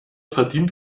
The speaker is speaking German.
verdient